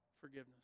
forgiveness